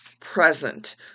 present